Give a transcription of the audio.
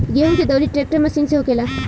गेहूं के दउरी ट्रेक्टर मशीन से होखेला